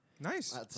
Nice